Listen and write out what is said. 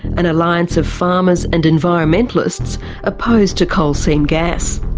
an alliance of farmers and environmentalists opposed to coal seam gas.